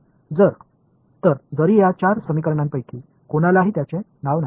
எனவே இந்த 4 சமன்பாடுகளில் எதுவுமே அவரது பெயரைக் கொண்டிருக்கவில்லை என்றாலும்